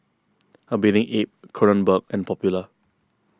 A Bathing Ape Kronenbourg and Popular